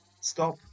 Stop